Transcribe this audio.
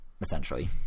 essentially